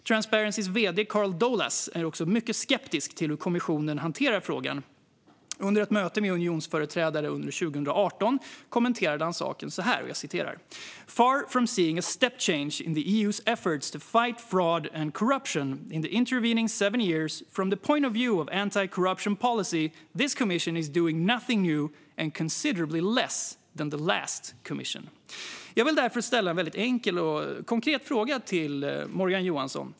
Transparencys vd, Carl Dolan, är också mycket skeptisk till hur kommissionen hanterar frågan - under ett möte med unionsföreträdare under 2018 kommenterade han saken så här: "Far from seeing a step-change in the EU's efforts to fight fraud and corruption in the intervening seven years, from the point of view of anti-corruption policy, this Commission is doing nothing new and considerably less than the last Commission." Jag vill därför ställa en väldigt enkel och konkret fråga till Morgan Johansson.